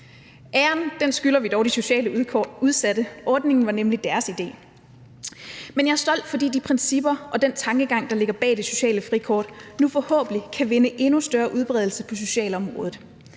Æren skylder vi dog de socialt udsatte; ordningen var nemlig deres idé. Men jeg er stolt, fordi de principper og den tankegang, der ligger bag det sociale frikort, nu forhåbentlig kan vinde endnu større udbredelse på socialområdet.